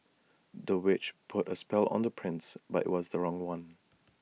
the witch put A spell on the prince but IT was the wrong one